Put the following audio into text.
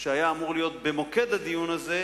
שהיה אמור להיות במוקד הדיון הזה,